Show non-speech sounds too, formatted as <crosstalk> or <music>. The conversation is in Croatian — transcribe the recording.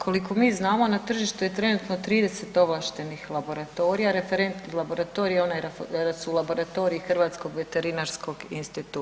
Koliko mi znamo, na tržištu je trenutno 30 ovlaštenih laboratorija, referentnih laboratorija, ... <unintelligible> da su laboratoriji Hrvatskog veterinarskog instituta.